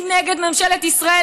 הם נגד ממשלת ישראל,